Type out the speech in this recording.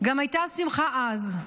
גם הייתה השמחה אז,